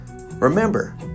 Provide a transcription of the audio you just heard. Remember